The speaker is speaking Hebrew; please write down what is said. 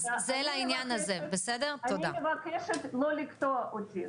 אני מבקשת לא לקטוע אותי.